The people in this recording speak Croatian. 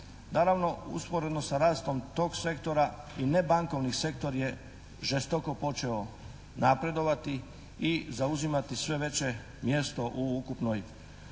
Naravno usporedno sa rastom tog sektora i nebankovni sektor je žestoko počeo napredovati i zauzimati sve veće mjesto u ukupnoj